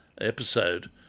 episode